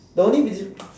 the only reason